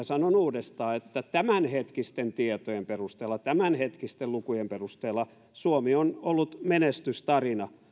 sanon uudestaan että tämänhetkisten tietojen perusteella tämänhetkisten lukujen perusteella suomi on ollut menestystarina